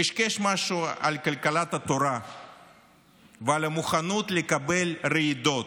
קשקש משהו על כלכלת התורה ועל המוכנות לקבל רעידות.